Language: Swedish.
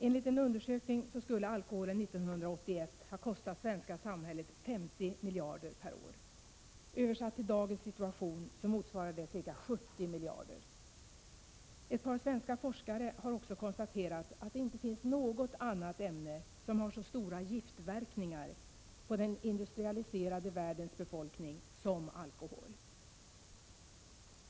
Enligt en undersökning 1981 skulle alkoholen ha kostat svenska samhället 50 miljarder per år. Översatt till dagens situation motsvarar det ca 70 miljarder. Ett par svenska forskare har också konstaterat att det inte finns något annat ämne, som har så stora giftverkningar på den industrialiserade världens befolkning som alkohol.